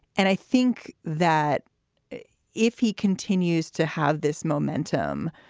and i think that if he continues to have this momentum,